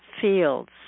fields